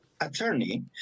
attorney